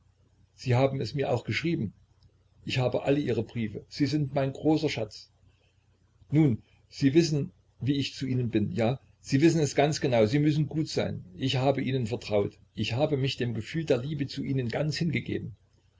sie haben es mir auch geschrieben ich habe alle ihre briefe sie sind mein großer schatz nun sie wissen wie ich zu ihnen bin ja sie wissen es ganz genau sie müssen gut sein ich habe ihnen vertraut ich habe mich dem gefühl der liebe zu ihnen ganz hingegeben